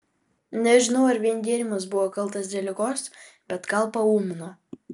nežinau ar vien gėrimas buvo kaltas dėl ligos bet gal paūmino